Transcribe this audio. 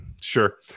Sure